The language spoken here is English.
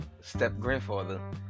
step-grandfather